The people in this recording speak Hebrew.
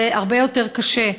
זה הרבה יותר קשה,